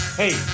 hey